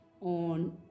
on